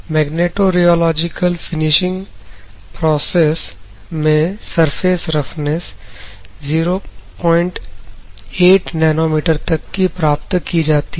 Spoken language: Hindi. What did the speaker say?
मैग्नेटोरियोलॉजिकल फिनिशिंग प्रोसेस में सरफेस रफनेस 08 नैनोमीटर तक की प्राप्त होती है